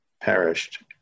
perished